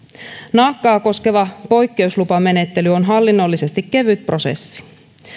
naakkaa koskeva poikkeuslupamenettely on hallinnollisesti kevyt prosessi